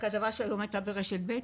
הכתבה שהייתה היום ברשת ב'